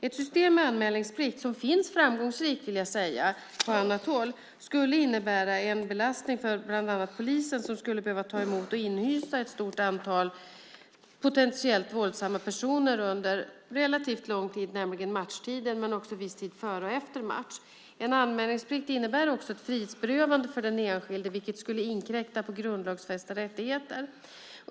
Ett system med anmälningsplikt, som används framgångsrikt på annat håll vill jag säga, skulle innebära en belastning för bland annat polisen som skulle behöva ta emot och inhysa ett stort antal potentiellt våldsamma personer under relativt lång tid, nämligen matchtiden, men också viss tid före och efter en match. En anmälningsplikt innebär också ett frihetsberövande för den enskilde, vilket skulle inkräkta på grundlagsfästa rättigheter.